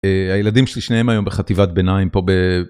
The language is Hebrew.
הילדים שלי שניהם היום בחטיבת ביניים פה ב.